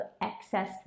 excess